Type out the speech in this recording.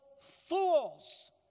fools